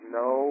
no